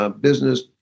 business